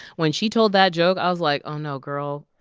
when she told that joke, i was like, oh, no, girl